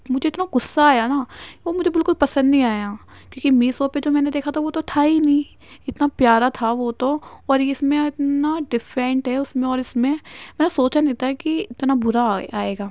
مجھے اتنا غصہ آیا نا وہ مجھے بالکل پسند نہیں آیا کسی میشو پہ جو میں نے دیکھا تھا وہ تو تھا ہی نہیں اتنا پیارا تھا وہ تو اور اس میں اتنا ڈفرینٹ ہے اس میں اور اس میں میں نے سوچا نہیں تھا کہ اتنا برا آئے گا